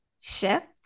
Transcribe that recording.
shift